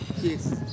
Yes